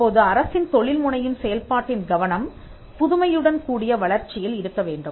இப்போது அரசின் தொழில் முனையும் செயல்பாட்டின் கவனம் புதுமையுடன் கூடிய வளர்ச்சியில் இருக்க வேண்டும்